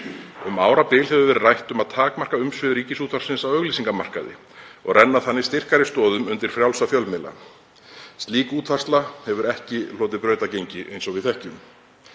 Um árabil hefur verið rætt um að takmarka umsvif Ríkisútvarpsins á auglýsingamarkaði og renna þannig styrkari stoðum undir frjálsa fjölmiðla. Slík útfærsla hefur ekki hlotið brautargengi, eins og við þekkjum.